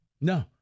No